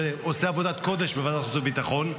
שעושה עבודת קודש בוועדת החוץ והביטחון,